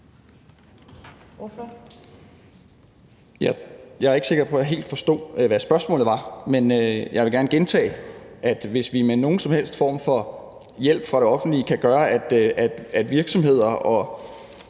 Jeg er ikke sikker på, at jeg helt forstod, hvad spørgsmålet var, men jeg vil gerne gentage, at hvis vi med nogen som helst form for hjælp fra det offentlige kan gøre, at virksomheder,